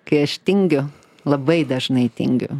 kai aš tingiu labai dažnai tingiu